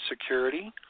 security